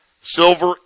Silver